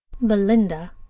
Belinda